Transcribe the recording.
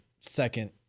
second